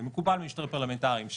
ומקובל במשטרים פרלמנטריים,